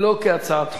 לא כהצעת חוק.